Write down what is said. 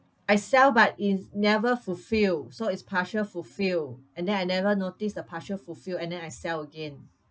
I sell but it's never fulfil so it's partial fulfil and then I never notice the partial fulfil and then I sell again